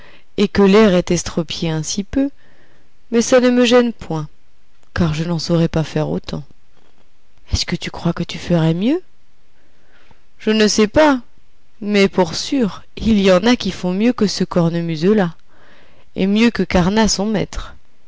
et que l'air est estropié un si peu mais ça ne me gêne point car je n'en saurais pas faire autant est-ce que tu crois que tu ferais mieux je ne sais pas mais pour sûr il y en a qui font mieux que ce cornemuseux là et mieux que carnat son maître